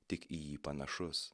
tik į jį panašus